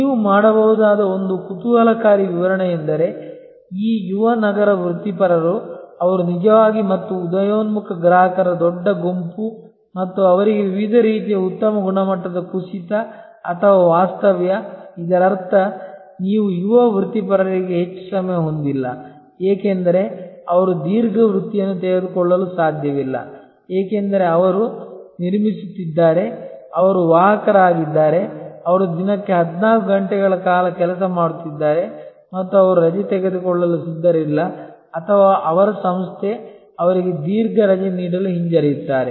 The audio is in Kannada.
ನೀವು ಮಾಡಬಹುದಾದ ಒಂದು ಕುತೂಹಲಕಾರಿ ವಿವರಣೆಯೆಂದರೆ ಈ ಯುವ ನಗರ ವೃತ್ತಿಪರರು ಅವರು ನಿಜವಾಗಿ ಮತ್ತು ಉದಯೋನ್ಮುಖ ಗ್ರಾಹಕರ ದೊಡ್ಡ ಗುಂಪು ಮತ್ತು ಅವರಿಗೆ ವಿವಿಧ ರೀತಿಯ ಉತ್ತಮ ಗುಣಮಟ್ಟದ ಕುಸಿತ ಅಥವಾ ವಾಸ್ತವ್ಯ ಇದರರ್ಥ ನೀವು ಈ ಯುವ ವೃತ್ತಿಪರರಿಗೆ ಹೆಚ್ಚು ಸಮಯ ಹೊಂದಿಲ್ಲ ಏಕೆಂದರೆ ಅವರು ದೀರ್ಘ ವೃತ್ತಿಯನ್ನು ತೆಗೆದುಕೊಳ್ಳಲು ಸಾಧ್ಯವಿಲ್ಲ ಏಕೆಂದರೆ ಅವರು ನಿರ್ಮಿಸುತ್ತಿದ್ದಾರೆ ಅವರು ವಾಹಕರಾಗಿದ್ದಾರೆ ಅವರು ದಿನಕ್ಕೆ 14 ಗಂಟೆಗಳ ಕಾಲ ಕೆಲಸ ಮಾಡುತ್ತಿದ್ದಾರೆ ಮತ್ತು ಅವರು ರಜೆ ತೆಗೆದುಕೊಳ್ಳಲು ಸಿದ್ಧರಿಲ್ಲ ಅಥವಾ ಅವರ ಸಂಸ್ಥೆ ಅವರಿಗೆ ದೀರ್ಘ ರಜೆ ನೀಡಲು ಹಿಂಜರಿಯುತ್ತಾರೆ